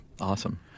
Awesome